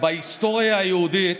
בהיסטוריה היהודית